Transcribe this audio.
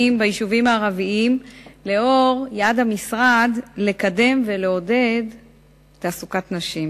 ביישובים הערביים לאור יעד המשרד לקדם ולעודד תעסוקת נשים,